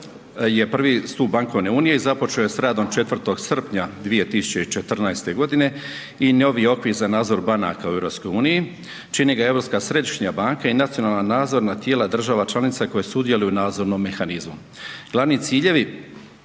je prvi stup bankovne unije i započeo je s radom 4. srpnja 2014. godine i novi okvir za nadzor banaka u EU, čini ga Europska središnja banka i nacionalna nadzorna tijela država članica koje sudjeluju u nadzornom mehanizmu.